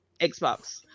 Xbox